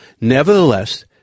Nevertheless